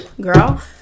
Girl